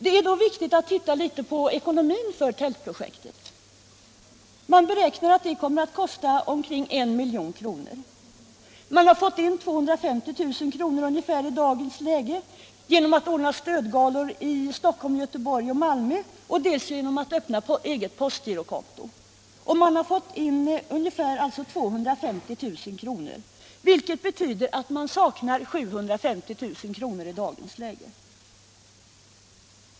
Det är då viktigt att se något på ekonomin för Tältprojektet. Man beräknar att det kommer att kosta omkring 1 milj.kr. Man har fått in ungefär 250 000 kr. genom att ordna stödgalor i Stockholm, Göteborg och Malmö samt genom att öppna eget postgirokonto. Detta betyder att man i dagens läge saknar 750 000 kr.